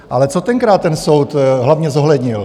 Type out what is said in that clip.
Ale co tenkrát ten soud hlavně zohlednil?